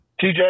TJ